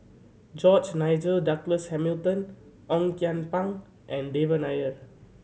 George Nigel Douglas Hamilton Ong Kian Peng and Devan Nair